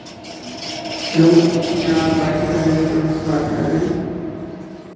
hello क्या आप Vatika restaurant से बात कर रहे हैं